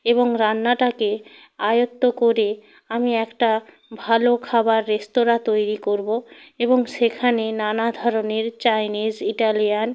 এবং রান্নাটাকে আয়ত্ত করে আমি একটা ভালো খাবার রেস্তোরাঁ তৈরি করবো এবং সেখানে নানা ধরনের চাইনিজ ইটালিয়ান